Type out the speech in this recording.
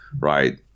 Right